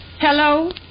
Hello